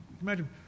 Imagine